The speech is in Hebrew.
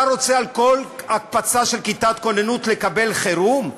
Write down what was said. אתה רוצה על כל הקפצה של כיתת כוננות לקבל חירום?